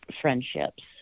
friendships